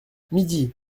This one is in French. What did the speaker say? midi